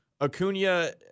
Acuna